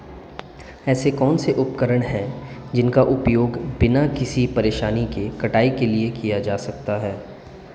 ऐसे कौनसे उपकरण हैं जिनका उपयोग बिना किसी परेशानी के कटाई के लिए किया जा सकता है?